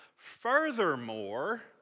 Furthermore